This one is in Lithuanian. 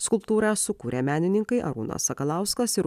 skulptūrą sukūrė menininkai arūnas sakalauskas ir